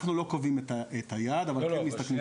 אנחנו לא קובעים את היעד, אבל כן מסתכלים קדימה.